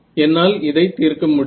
என்னால் இதை தீர்க்க முடியும்